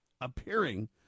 appearing